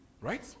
Right